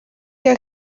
iyi